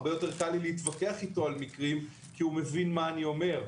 הרבה יותר קל לי להתווכח איתו על מקרים כי הוא מבין מה אני אומר,